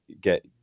get